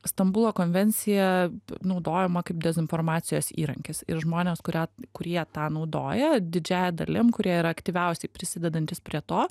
stambulo konvencija naudojama kaip dezinformacijos įrankis ir žmonės kurią kurie tą naudoja didžiąja dalim kurie yra aktyviausiai prisidedantys prie to